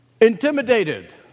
intimidated